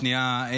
שנייה,